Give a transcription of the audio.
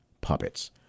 Puppets